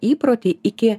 įprotį iki